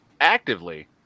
actively